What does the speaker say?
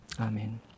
Amen